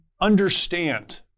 understand